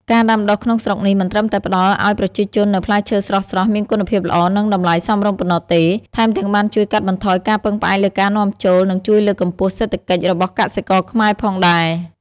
ការដាំដុះក្នុងស្រុកនេះ មិនត្រឹមតែផ្តល់ឲ្យប្រជាជននូវផ្លែឈើស្រស់ៗ មានគុណភាពល្អ និងតម្លៃសមរម្យប៉ុណ្ណោះទេ ថែមទាំងបានជួយកាត់បន្ថយការពឹងផ្អែកលើការនាំចូល និងជួយលើកកម្ពស់សេដ្ឋកិច្ចរបស់កសិករខ្មែរផងដែរ។